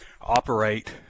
operate